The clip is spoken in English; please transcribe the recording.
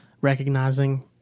recognizing